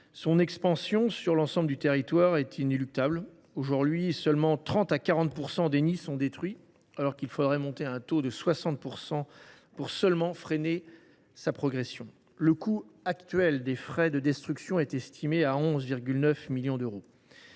Son expansion sur l’ensemble du territoire est inéluctable. Aujourd’hui, seulement 30 % à 40 % des nids sont détruits, alors qu’il faudrait atteindre un taux de 60 % pour seulement freiner sa progression. Le coût actuel des frais de destruction est estimé à 11,9 millions d’euros.